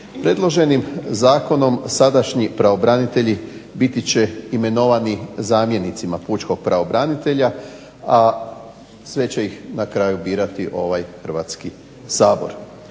Predloženim zakonom sadašnji pravobranitelji biti će imenovani zamjenicima pučkog pravobranitelja, a sve će ih na kraju birati ovaj Hrvatski sabor.